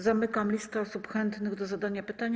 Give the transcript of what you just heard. Zamykam listę osób chętnych do zadania pytania.